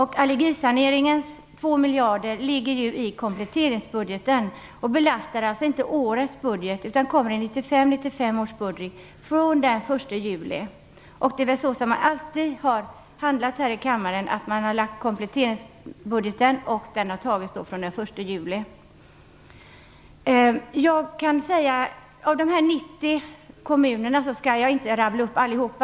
De två miljarderna för allergisaneringen ligger i kompletteringsbudgeten, och de belastar alltså inte årets budget. De kommer med i 1995/96 års budget från den 1 juli. Det är väl så som man alltid har handlat i kammaren, dvs. att kompletteringsbudgeten har antagits från den 1 juli. Jag skall inte rabbla upp alla 90 kommunerna.